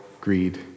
greed